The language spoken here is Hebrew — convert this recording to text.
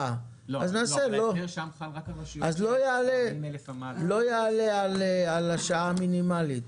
אז לא יעלה על השעה המינימלית.